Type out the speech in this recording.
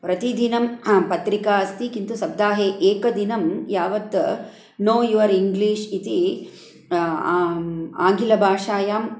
प्रतिदिनं पत्रिका अस्ति किन्तु सप्ताहे एकदिनं यावत् नो युवर् इङ्ग्लीश् इति आङ्ग्लभाषायां